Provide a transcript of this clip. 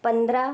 पंधरा